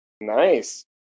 nice